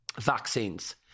vaccines